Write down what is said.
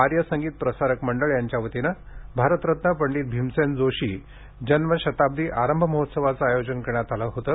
आर्य संगीत प्रसारक मंडळ यांच्या वतीनं भारतरत्न पंडित भीमसेन जोशी जन्म शताब्दी आरंभ महोत्सवाचे आयोजन करण्यात आलं होतं